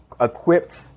equipped